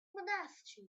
monastery